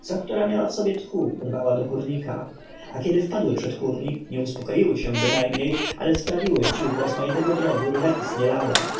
co która miała w sobie tchu rwała do kurnika a kiedy wpadły przed kurnik nie uspokoiły się bynajmniej ale sprawiły wśród rozmaitego drobiu rwetes nielada